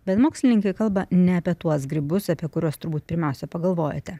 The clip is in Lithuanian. bet mokslininkė kalba ne apie tuos grybus apie kuriuos turbūt pirmiausia pagalvojote